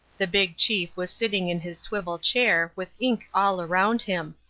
the big chief was sitting in his swivel chair with ink all round him.